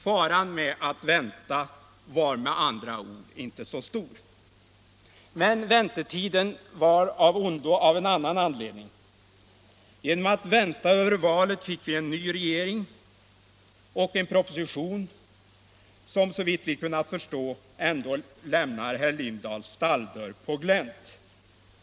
Faran med att vänta var med andra ord inte så stor. Men väntetiden var av ondo av en annan anledning. Genom att vänta över valet fick vi en ny regering och en proposition som, såvitt vi kunnat förstå, ändå lämnar herr Lindahls stalldörr på glänt.